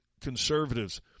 conservatives